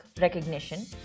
recognition